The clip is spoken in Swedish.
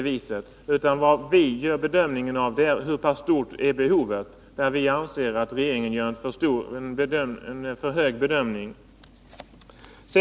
Vad vi bedömer är hur pass stort behovet är, och vi anser att regeringen har en för hög siffra i sin bedömning.